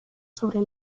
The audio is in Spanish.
sobre